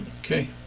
Okay